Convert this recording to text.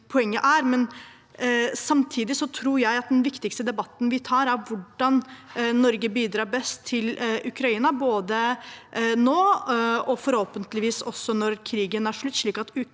Samtidig tror jeg at den viktigste debatten vi tar, er om hvordan Norge best bidrar til Ukraina, både nå og forhåpentligvis også når krigen er slutt,